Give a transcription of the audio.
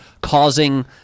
causing